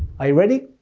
are you ready?